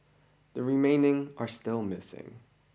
the remaining are still missing